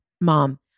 mom